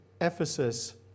Ephesus